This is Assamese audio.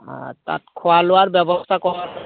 অঁ তাত খোৱা লোৱাৰ ব্যৱস্থা